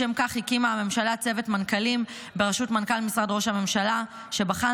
לשם כך הקימה הממשלה צוות מנכ"לים בראשות מנכ"ל משרד ראש הממשלה שבחן